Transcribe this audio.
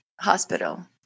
hospital